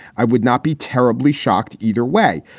i would not be terribly shocked either way.